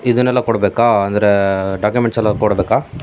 ಇದನ್ನೆಲ್ಲ ಕೊಡಬೇಕಾ ಅಂದರೆ ಡಾಕ್ಯುಮೆಂಟ್ಸೆಲ್ಲ ಕೊಡಬೇಕಾ